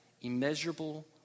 immeasurable